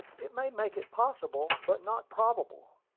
it may make it possible, but not probable.